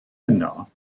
yno